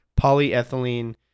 polyethylene